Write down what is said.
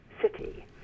city